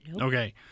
Okay